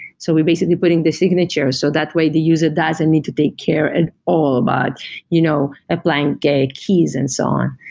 so we're basically putting the signature so that way the user doesn't need to take care and all about you know applying keys and so on.